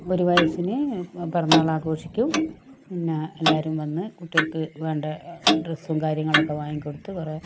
ഒരു വയസ്സിന് പിറന്നാളാഘോഷിക്കും പിന്നെ എല്ലാവരും വന്ന് കുട്ടിക്ക് വേണ്ട ഡ്രസ്സും കാര്യങ്ങളൊക്കെ വാങ്ങിക്കൊടുത്ത് കുറേ